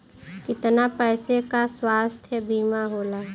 कितना पैसे का स्वास्थ्य बीमा होला?